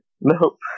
Nope